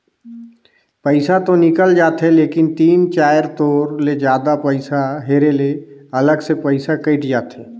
पइसा तो निकल जाथे लेकिन तीन चाएर तोर ले जादा पइसा हेरे ले अलग से पइसा कइट जाथे